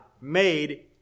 made